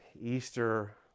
Easter